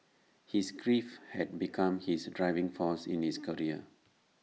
his grief had become his driving force in his career